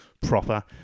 proper